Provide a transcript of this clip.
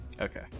Okay